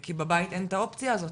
כי בבית אין את האופציה הזאת.